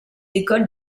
écoles